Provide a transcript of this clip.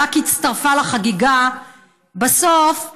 היא רק הצטרפה לחגיגה בסוף,